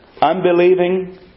unbelieving